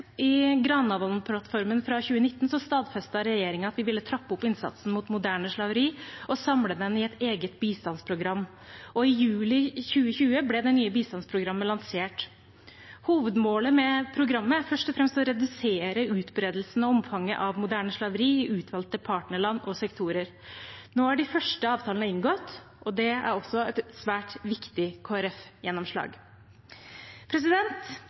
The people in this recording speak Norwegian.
I Granavolden-plattformen fra 2019 stadfestet regjeringen at vi ville trappe opp innsatsen mot moderne slaveri og samle den i et eget bistandsprogram, og i juli 2020 ble det nye bistandsprogrammet lansert. Hovedmålet med programmet er først og fremst å redusere utbredelsen og omfanget av moderne slaveri i utvalgte partnerland og sektorer. Nå er de første avtalene inngått, og det er også et svært viktig